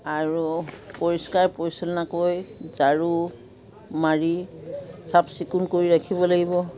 আৰু পৰিষ্কাৰ পৰিচ্ছন্নকৈ ঝাৰু মাৰি চাফ চিকুণ কৰি ৰাখিব লাগিব